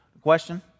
Question